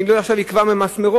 אני לא יודע אם לקבוע עכשיו מסמרות,